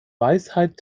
weisheit